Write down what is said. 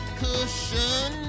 cushion